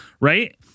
Right